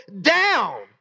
down